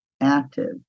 active